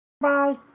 Bye